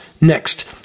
Next